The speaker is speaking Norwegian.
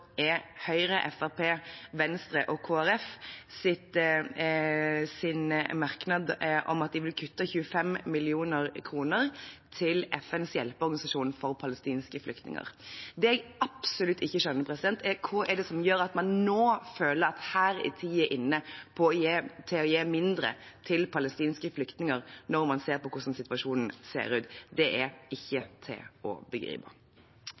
fra Høyre, Fremskrittspartiet, Venstre og Kristelig Folkeparti om at de vil kutte 25 mill. kr til FNs hjelpeorganisasjon for palestinske flyktninger. Det jeg absolutt ikke skjønner, er hva det er som gjør at man nå føler at tiden er inne til å gi mindre til palestinske flyktninger, når man ser hvordan situasjonen ser ut. Det er ikke til å begripe.